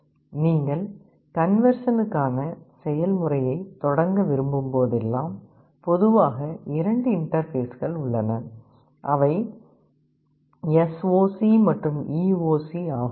நீங்கள் கன்வெர்சனுக்கான செயல்முறையைத் தொடங்க விரும்பும் போதெல்லாம் பொதுவாக இரண்டு இன்டர்பேஸ்கள் உள்ளன அவை எஸ்ஓசி மற்றும் ஈஓசி ஆகும்